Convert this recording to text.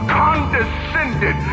condescended